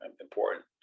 important